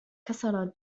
كسر